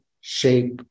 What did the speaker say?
shape